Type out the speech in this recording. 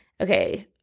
okay